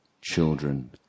children